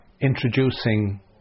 introducing